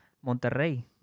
Monterrey